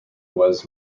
was